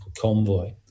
convoy